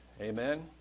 Amen